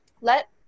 let